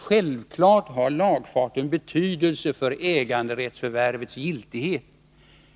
Självklart har lagfarten betydelse för äganderättsförvärvets giltighet.